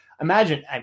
imagine